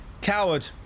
Coward